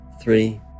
three